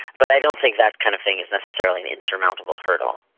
but i don't think that kind of thing is necessarily an insurmountable hurdle.